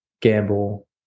gamble